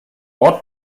ort